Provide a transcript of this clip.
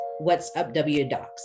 whatsupwdocs